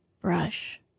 Brush